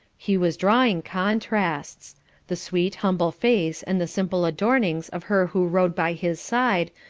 he was drawing contrasts the sweet humble face and the simple adornings of her who rode by his side,